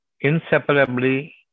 inseparably